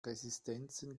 resistenzen